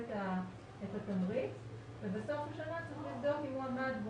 את התמריץ ובסוף השנה רואים אם הוא עמד בו,